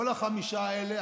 כל החמישה האלה,